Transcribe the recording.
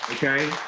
okay.